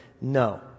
No